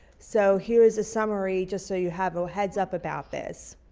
so here is a summary just so you have a heads up about this.